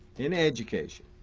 in education,